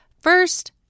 First